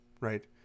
right